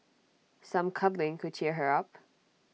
some cuddling could cheer her up